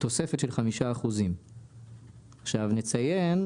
תוספת של 5%. לא הבנתי.